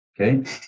Okay